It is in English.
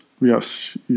yes